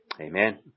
Amen